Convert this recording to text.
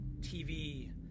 TV